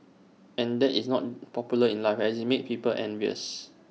and that is not popular in life as IT makes people envious